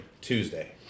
Tuesday